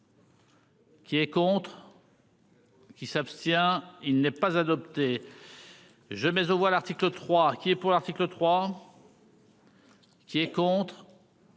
Qui est contre. Qui s'abstient. Il n'est pas adopté. Je mais on voit l'article 3 qui est pour l'article 3. Qui est contre.